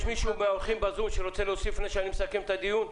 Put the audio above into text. יש מישהו מהאורחים בזום שרוצה להוסיף לפני שאני מסכם את הדיון?